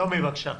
נעמי, בבקשה.